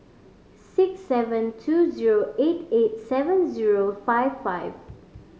six seven two zero eight eight seven zero five five